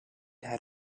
had